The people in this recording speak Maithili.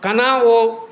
केना ओ